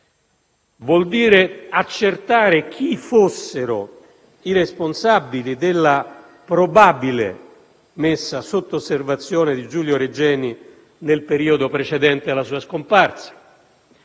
vuol dire accertare chi fossero i responsabili della probabile messa sotto osservazione di Giulio Regeni nel periodo precedente alla sua scomparsa;